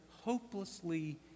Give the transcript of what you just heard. hopelessly